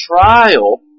trial